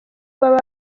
baba